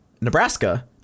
Nebraska